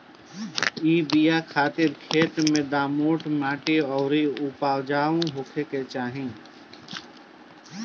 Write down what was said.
इ बिया खातिर खेत में दोमट माटी अउरी उपजाऊपना होखे के चाही